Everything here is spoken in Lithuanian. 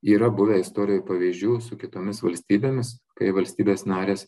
yra buvę istorijoj pavyzdžių su kitomis valstybėmis kai valstybės narės